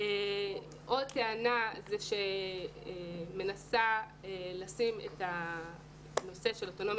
עוד טענה מנסה לשים את הנושא של אוטונומיה